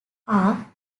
are